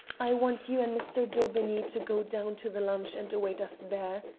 i want you and mr. daubeney to go down to the launch and await us there.